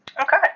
Okay